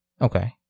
Okay